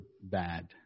bad